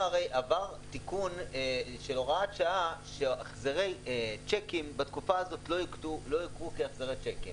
תיקון של הוראת שעה שהחזרי צ'קים בתקופה הזאת לא יוכרו כהחזרי צ'קים.